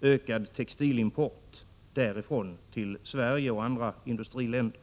ökad textilimport från dem själva till Sverige och till andra industriländer.